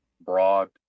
broad